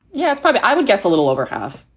yeah, so but i would guess a little over half,